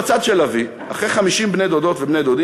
בצד של אבי אחרי 50 בני-דודות ובני-דודים,